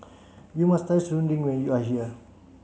you must try Serunding when you are here